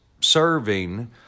serving